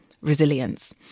resilience